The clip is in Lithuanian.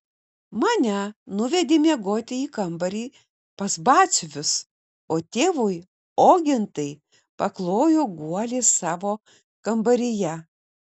mane nuvedė miegoti į kambarį pas batsiuvius o tėvui ogintai paklojo guolį savo kambaryje